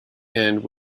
end